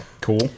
Cool